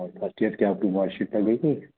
और first year की आपकी मार्कशीट लगेगी